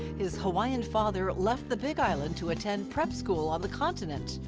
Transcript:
his hawaiian father left the big island to attend prep school on the continent,